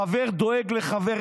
חבר דואג לחבר.